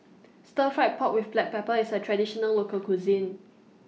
Stir Fried Pork with Black Pepper IS A Traditional Local Cuisine